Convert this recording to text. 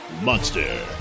monster